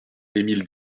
émile